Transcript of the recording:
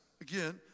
Again